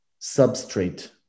substrate